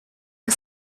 the